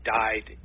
died